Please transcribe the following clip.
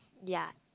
ya